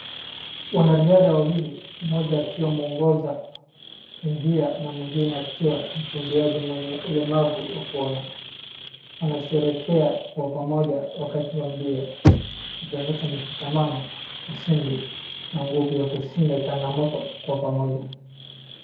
Wanariadha wawili mmoja akiwa mwongoza njia na mwingine akiwa mkimbiaji mwenye ulemavu wakuona. Wanasherehekea kwa pamoja wakati wa mbio, ikionyesha mshikamano, ushindi na nguvu ya kushinda changamoto kwa pamoja.